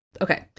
Okay